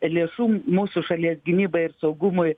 lėšų mūsų šalies gynybai ir saugumui